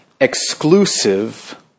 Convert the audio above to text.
exclusive